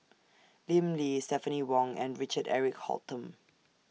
Lim Lee Stephanie Wong and Richard Eric Holttum